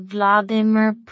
Vladimir